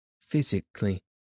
Physically